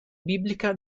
biblica